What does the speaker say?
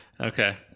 Okay